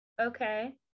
Okay